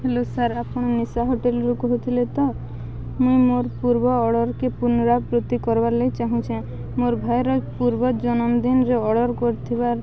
hello sir ଆପଣ ନିଶା ହୋଟେଲ୍ରୁୁ କହୁଥିଲେ ତ ମୁଁ ମୋର୍ ପୂର୍ବ ଅର୍ଡ଼ର୍କେ ପୁନରାବୃତ୍ତି କରିବାରର୍ ଲାଗ ଚାହୁଁଛେଁ ମୋର୍ ଭାଇର ପୂର୍ବ ଜନମଦିନରେ ଅର୍ଡ଼ର୍ କରିଥିବାର୍